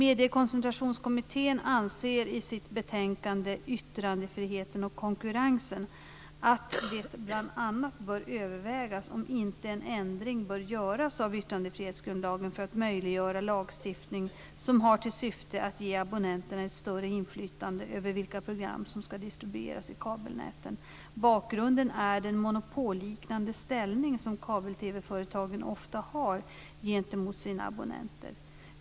1999:30) att det bl.a. bör övervägas om inte en ändring bör göras av yttrandefrihetsgrundlagen för att möjliggöra lagstiftning som har till syfte att ge abonnenterna ett större inflytande över vilka program som ska distribueras i kabelnäten. Bakgrunden är den monopolliknande ställning som kabel-TV-företagen ofta har gentemot sina abonnenter.